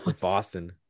Boston